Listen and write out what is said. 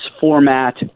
format